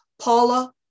Paula